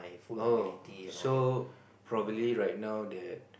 oh so probably right now that